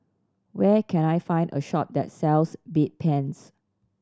where can I find a shop that sells Bedpans